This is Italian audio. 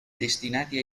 destinati